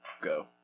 Go